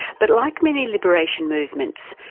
but like many liberation movements,